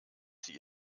sie